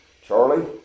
Charlie